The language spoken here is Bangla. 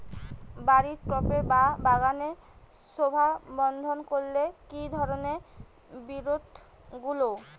বাড়ির টবে বা বাগানের শোভাবর্ধন করে এই ধরণের বিরুৎগুলো